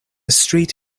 street